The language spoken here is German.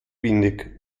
windig